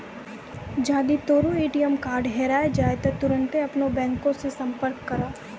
जदि तोरो ATM card हेराय जाय त तुरन्ते अपनो बैंको से संपर्क करो